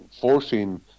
forcing